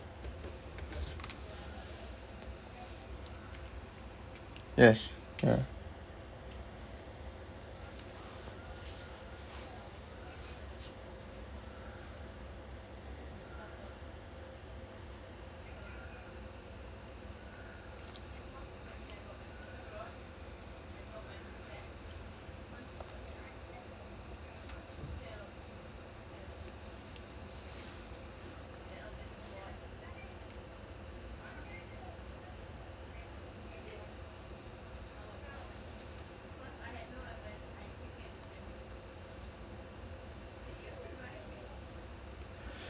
yes ya